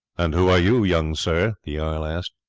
and who are you, young sir? the jarl asked.